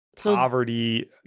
poverty